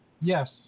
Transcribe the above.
Yes